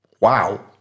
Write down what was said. wow